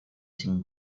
sin